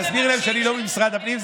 תסבירי להם שאני לא ממשרד הפנים,